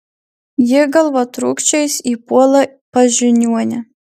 ji galvotrūkčiais įpuola pas žiniuonę